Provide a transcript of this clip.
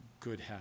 Good